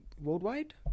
worldwide